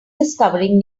discovering